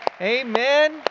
Amen